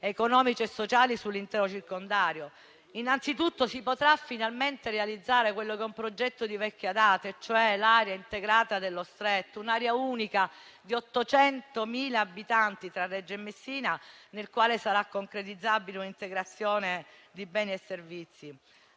economici e sociali sull'intero circondario. Innanzitutto si potrà finalmente realizzare un progetto di vecchia data: l'area integrata dello Stretto, un'area unica di 800.000 abitanti tra Reggio Calabria e Messina, nella quale sarà concretizzabile un'integrazione di beni e servizi.